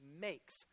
makes